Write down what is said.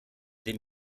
dem